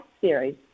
series